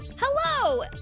Hello